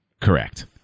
Correct